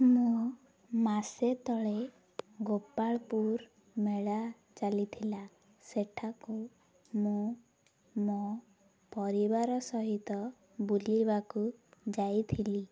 ମୁଁ ମାସେ ତଳେ ଗୋପାଳପୁର ମେଳା ଚାଲି ଥିଲା ସେଠାକୁ ମୁଁ ମୋ ପରିବାର ସହିତ ବୁଲିବାକୁ ଯାଇଥିଲି